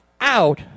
out